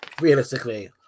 realistically